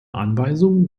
anweisungen